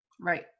Right